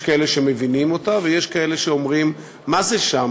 יש כאלה שמבינים אותה ויש כאלה שאומרים: מה זה שם?